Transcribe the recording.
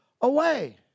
away